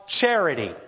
charity